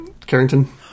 carrington